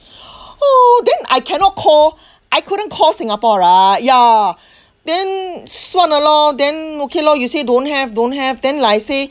then I cannot call I couldn't call singapore lah ya then suan ah lor then okay lor you say don't have don't have then lah I say